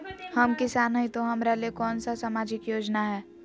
हम किसान हई तो हमरा ले कोन सा सामाजिक योजना है?